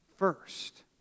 First